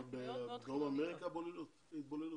אבל בדרום אמריקה התבוללות?